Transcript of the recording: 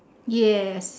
ya